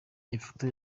ifoto